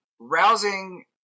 rousing